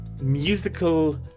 Musical